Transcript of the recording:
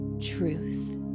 truth